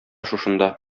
шушында